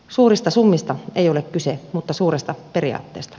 suurista summista ei ole kyse mutta suuresta periaatteesta